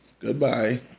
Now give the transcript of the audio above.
Goodbye